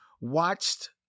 watched